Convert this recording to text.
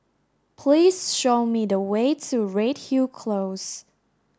please show me the way to Redhill Close